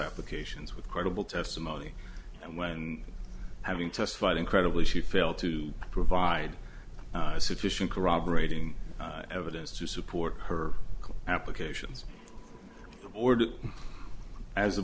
applications with credible testimony and when having testified incredibly she failed to provide sufficient corroborating evidence to support her applications